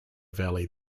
valley